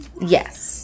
Yes